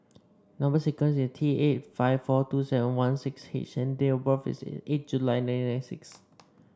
number sequence is T eight five four two seven one six H and date of birth is eight July nineteen ninety six